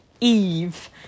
Eve